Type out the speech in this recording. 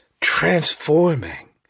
transforming